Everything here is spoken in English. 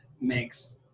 makes